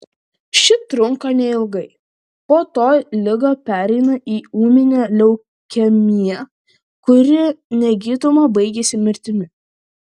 ši trunka neilgai po to liga pereina į ūminę leukemiją kuri negydoma baigiasi mirtimi